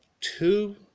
two